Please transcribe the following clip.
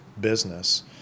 business